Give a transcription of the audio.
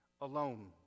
alone